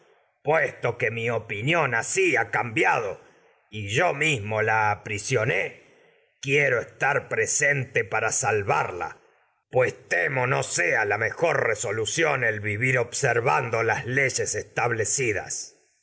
puesto que mi opinión asi ha cambia do y yo mismo la aprisioné quiero estar presente para salvarla pues temo no sea observando las la mejor resolución el vivir leyes establecidas